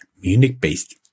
Munich-based